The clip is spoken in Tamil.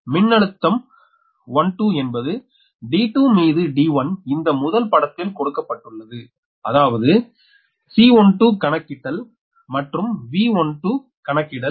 மின்னழுத்தம் 12 என்பது D2 மீது D1 இந்த முதல் படத்தில் கொடுக்கப்பட்டுள்ளது அதாவது C12 கணக்கிட்டல் மற்றும் V12 கணக்கிடல்